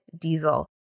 diesel